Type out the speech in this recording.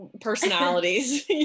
personalities